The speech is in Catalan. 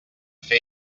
fer